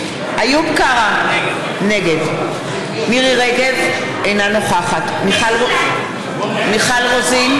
קרא, נגד מירי רגב, אינה נוכחת מיכל רוזין,